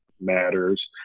matters